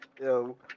Yo